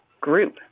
group